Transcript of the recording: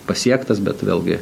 pasiektas bet vėlgi